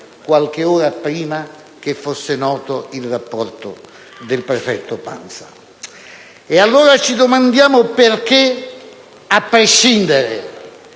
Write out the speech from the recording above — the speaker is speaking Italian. qualche ora prima che fosse noto il rapporto del prefetto Pansa. E allora ci chiediamo perché, a prescindere